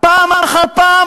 פעם אחר פעם,